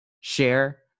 share